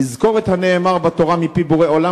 לזכור את הנאמר בתורה מפי בורא עולם,